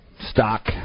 Stock